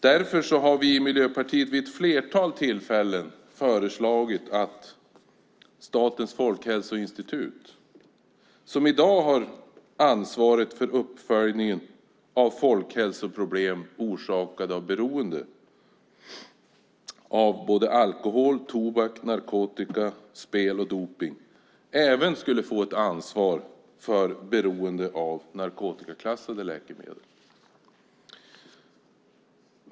Därför har vi i Miljöpartiet vid ett flertal tillfällen föreslagit att Statens folkhälsoinstitut, som i dag har ansvaret för uppföljningen av folkhälsoproblem orsakade av beroende av alkohol, tobak, narkotika, spel och dopning, även skulle få ett ansvar när det gäller beroende av narkotikaklassade läkemedel.